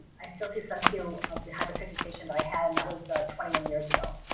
i still see some hue of the hyperpigmentation that i had and that was twenty one years ago.